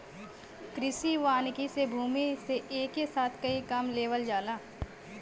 कृषि वानिकी से भूमि से एके साथ कई काम लेवल जाला